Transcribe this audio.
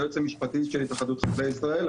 היועץ המשפטי של התאחדות חקלאי ישראל,